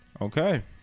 Okay